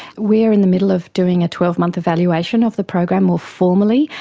we're in the middle of doing a twelve month evaluation of the program more formally,